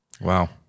Wow